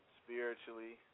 spiritually